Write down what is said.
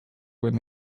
when